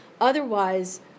otherwise